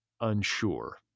unsure